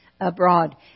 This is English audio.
abroad